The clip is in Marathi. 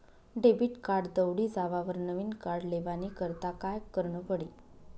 डेबिट कार्ड दवडी जावावर नविन कार्ड लेवानी करता काय करनं पडी?